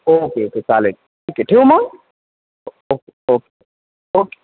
okay okay चालेल ठीक आहे ठेवू मग ओके ओके ओके